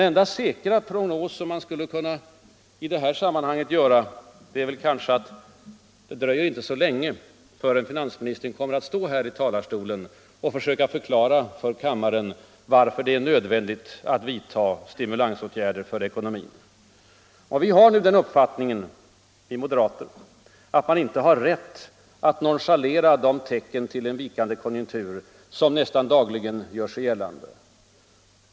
En säker prognos som man i det här sammanhanget skulle kunna göra är därför att det inte dröjer så länge förrän finansministern kommer att stå här i talarstolen och försöka förklara för kammaren varför det är nödvändigt att vidta stimulansåtgärder för ekonomin. Vi moderater har den uppfattningen att man inte har rätt att nonchalera de tecken på en vikande konjunktur som nästan dagligen gör sig gällande.